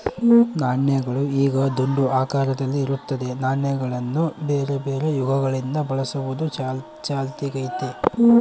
ನಾಣ್ಯಗಳು ಈಗ ದುಂಡು ಆಕಾರದಲ್ಲಿ ಇರುತ್ತದೆ, ನಾಣ್ಯಗಳನ್ನ ಬೇರೆಬೇರೆ ಯುಗಗಳಿಂದ ಬಳಸುವುದು ಚಾಲ್ತಿಗೈತೆ